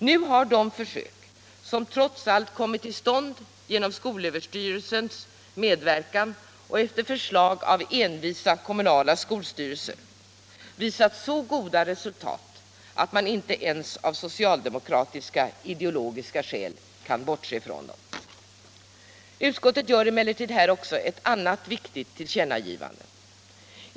Nu har de försök som trots allt kommit till stånd genom skolöverstyrelsens medverkan och efter förslag av envisa skolstyrelser visat så goda resultat att man inte ens av socialdemokratiska ideologiska skäl kan bortse från dem. Utskottet gör emellertid här också ett annat viktigt tillkännagivande.